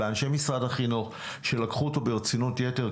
לאנשי משרד החינוך שלקחו אותו ברצינות יתר,